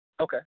Okay